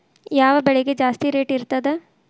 ಯಾವ ಬೆಳಿಗೆ ಜಾಸ್ತಿ ರೇಟ್ ಇರ್ತದ?